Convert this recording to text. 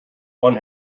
one